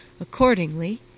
Accordingly